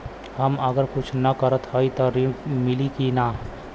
हम अगर कुछ न करत हई त ऋण मिली कि ना?